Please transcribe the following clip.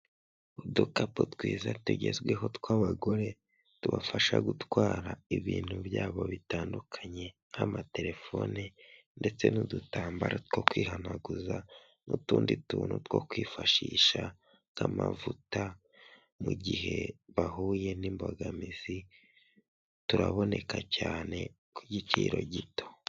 Udukapu twiza tugezweho tw'abagore tubafasha gutwara ibintu byabo bitandukanye nk'amatelefone, ndetse n'udutambaro two kwihanaguza, n'utundi tuntu two kwifashisha nk'amavuta, mu gihe bahuye n'imbogamizi, turaboneka cyane ku giciro gito.